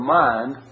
mind